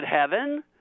heaven